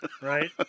Right